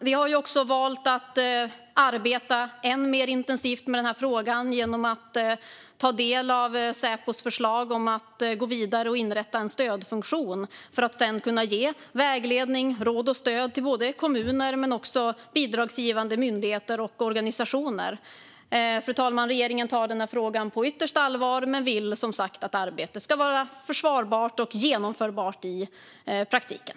Vi har också valt att arbeta än mer intensivt med den här frågan genom att ta del av Säpos förslag om att inrätta en stödfunktion med vägledning, råd och stöd till kommuner, bidragsgivande myndigheter och organisationer. Fru talman! Regeringen tar den här frågan på yttersta allvar men vill, som sagt, att arbetet ska vara försvarbart och genomförbart i praktiken.